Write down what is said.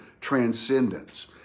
transcendence